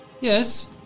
Yes